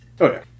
Okay